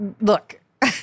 look